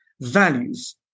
values